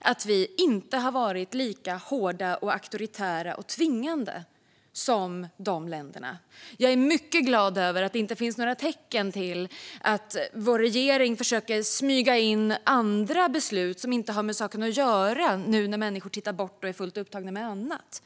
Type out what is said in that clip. att vi inte har varit lika hårda, auktoritära och tvingande som man varit i de länderna. Jag är mycket glad över att det inte finns några tecken på att vår regering försöker smyga in beslut som inte har med saken att göra nu när människor tittar bort och är fullt upptagna med annat.